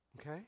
Okay